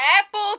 Apple